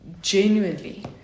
genuinely